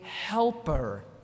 helper